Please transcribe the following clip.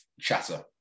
chatter